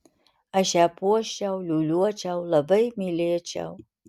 aš ją puoščiau liūliuočiau labai mylėčiau